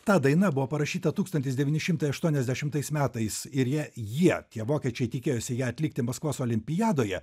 ta daina buvo parašyta tūkstantis devyni šimtai aštuoniasdešimtais metais ir ją jie tie vokiečiai tikėjosi ją atlikti maskvos olimpiadoje